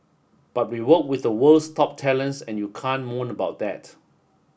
but we work with the world's top talents and you can't moan about it